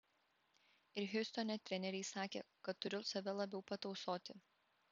ir hjustone treneriai sakė kad turiu save labiau patausoti